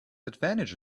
advantage